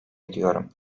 ediyorum